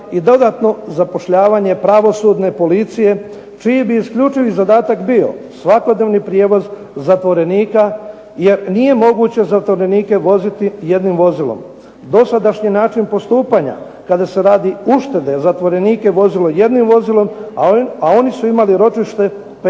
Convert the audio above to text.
i dodatno zapošljavanje pravosudne policije čiji bi isključivi zadatak bio svakodnevni prijevoz zatvorenika, jer nije moguće zatvorenike voziti jednim vozilom. Dosadašnji način postupanja kada se radi uštede zatvorenike vozilo jednim vozilom a oni su imali ročište pred